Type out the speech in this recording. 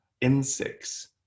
insects